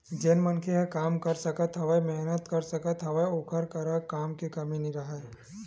जेन मनखे ह काम कर सकत हवय, मेहनत कर सकत हवय ओखर करा काम के कमी नइ राहय